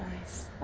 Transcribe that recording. nice